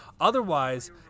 Otherwise